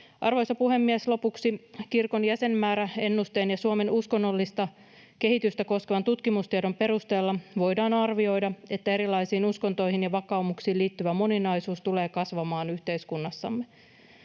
Arvoisa puhemies! Lopuksi: Kirkon jäsenmääräennusteen ja Suomen uskonnollista kehitystä koskevan tutkimustiedon perusteella voidaan arvioida, että erilaisiin uskontoihin ja vakaumuksiin liittyvä moninaisuus tulee kasvamaan yhteiskunnassamme.